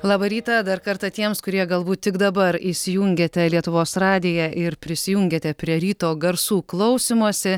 labą rytą dar kartą tiems kurie galbūt tik dabar įsijungėte lietuvos radiją ir prisijungiate prie ryto garsų klausymosi